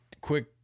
Quick